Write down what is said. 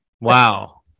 Wow